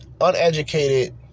uneducated